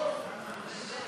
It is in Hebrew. כהצעת